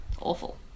awful